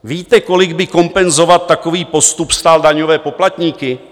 Víte, kolik by kompenzovat takový postup stálo daňové poplatníky?